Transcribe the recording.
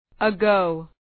Ago